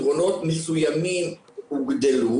פתרונות מסוימים הוגדלו,